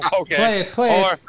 okay